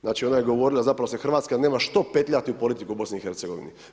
Znači ona je govorila, zapravo se Hrvatska nema što petljati u politiku BiH-a.